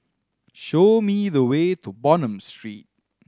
show me the way to Bonham Street